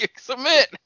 submit